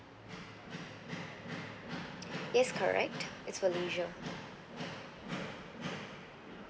yes correct it's for leisure